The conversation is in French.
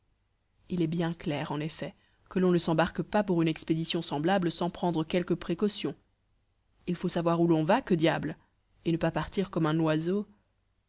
il est bien clair en effet que l'on ne s'embarque pas pour une expédition semblable sans prendre quelques précautions il faut savoir où l'on va que diable et ne pas partir comme un oiseau